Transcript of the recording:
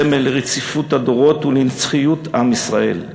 סמל לרציפות הדורות ולנצחיות עם ישראל.